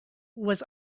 was